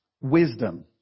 wisdom